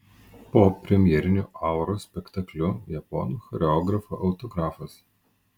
po premjeriniu auros spektakliu japonų choreografo autografas